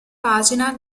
pagina